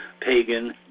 pagan